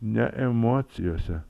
ne emocijose